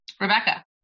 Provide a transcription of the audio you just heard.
Rebecca